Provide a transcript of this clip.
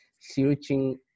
searching